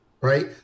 right